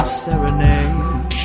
serenade